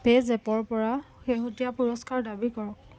পে'জেপৰ পৰা শেহতীয়া পুৰস্কাৰ দাবী কৰক